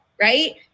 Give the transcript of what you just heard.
right